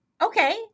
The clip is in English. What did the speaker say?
Okay